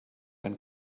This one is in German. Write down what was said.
ein